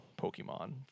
Pokemon